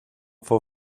fue